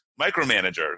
micromanager